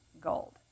gold